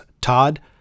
Todd